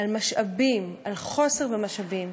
על משאבים, על חוסר במשאבים.